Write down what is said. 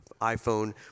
iPhone